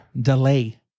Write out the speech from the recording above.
delay